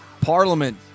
Parliament